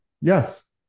yes